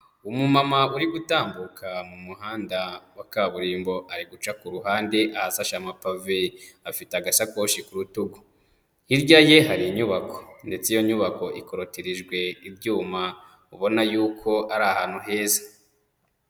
Umumama uri gutambuka mu muhanda wa kaburimbo ari guca ku ruhande ahasashe amapave, afite agasakoshi ku rutugu, hirya ye hari inyubako ndetse iyo nyubako ikorotirijwe ibyuma ubona yuko ari ahantu heza.